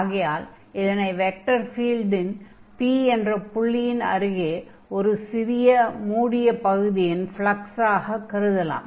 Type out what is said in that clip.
ஆகையால் இதனை வெக்டர் ஃபீல்டின் P என்ற புள்ளியின் அருகே ஒரு சிறிய மூடிய பகுதியின் ஃப்லக்ஸாக கருதலாம்